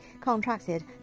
contracted